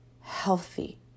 healthy